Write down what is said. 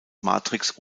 matrix